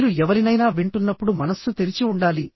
మీరు ఎవరినైనా వింటున్నప్పుడు మనస్సు తెరిచి ఉండాలి